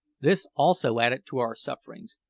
this also added to our sufferings.